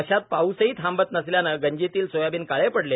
अशात पाऊसही थांबत नसल्याने गंजीतील सोयाबीन काळे पडले